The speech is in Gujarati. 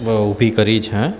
ઊભી કરી છે